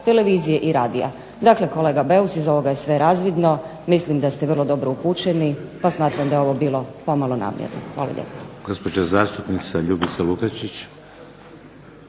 televizije i radija. Dakle, kolega Beus iz ovoga je sve razvidno. Mislim da ste vrlo dobro upućeni, pa smatram da je ovo bilo pomalo namjerno. Hvala lijepo.